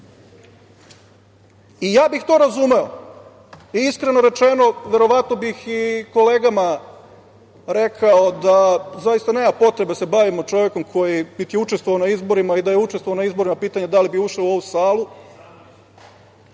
bih to razumeo, i iskreno rečeno, verovatno bih i kolegama rekao da zaista nema potrebe da se bavimo čovekom koji bi ti učestvovao na izborima i da je učestvovao na izbore, a pitanje da li bi ušao u ovu salu